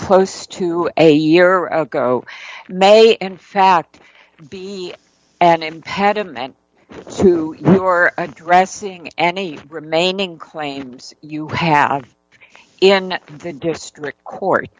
close to a year ago may in fact be an impediment to your addressing any remaining claims you have in the district court